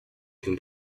can